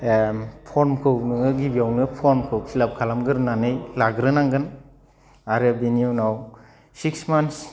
फर्मखौ नोङो गिबियावनो फर्मखौ फिल आप खालामगोरनानै लाग्रो नांगोन आरो बिनि उनाव सिक्स मान्थस